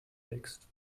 wächst